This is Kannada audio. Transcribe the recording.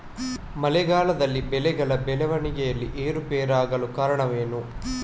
ಮಳೆಗಾಲದಲ್ಲಿ ಬೆಳೆಗಳ ಬೆಳವಣಿಗೆಯಲ್ಲಿ ಏರುಪೇರಾಗಲು ಕಾರಣವೇನು?